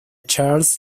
charles